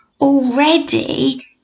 already